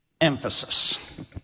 emphasis